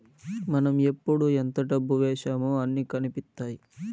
మనం ఎప్పుడు ఎంత డబ్బు వేశామో అన్ని కనిపిత్తాయి